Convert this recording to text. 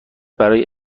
برای